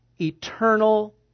eternal